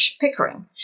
Pickering